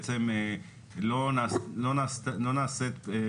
אנחנו מדברים על משהו שעוד לא קראנו אותו,